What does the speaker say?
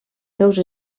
seus